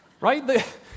Right